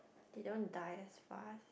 they don't die as fast